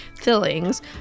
fillings